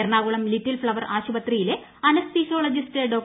Ernakulam Little Flower ആശുപത്രിയിലെ anaesthesiologist ഡോ